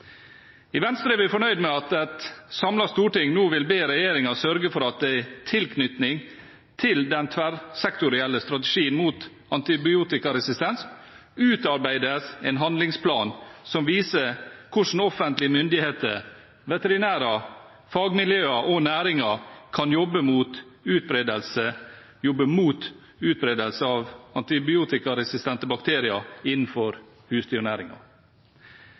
I Venstre er vi fornøyd med at et samlet storting nå vil be regjeringen sørge for at det i tilknytning til den tverrsektorielle strategien mot antibiotikaresistens utarbeides en handlingsplan som viser hvordan offentlige myndigheter, veterinærer, fagmiljøer og næringen kan jobbe mot utbredelse av antibiotikaresistente bakterier innenfor